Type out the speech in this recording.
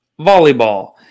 volleyball